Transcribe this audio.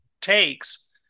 takes